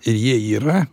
ir jie yra